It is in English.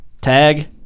tag